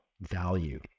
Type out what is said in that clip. value